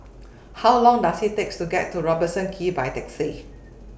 How Long Does IT takes to get to Robertson Quay By Taxi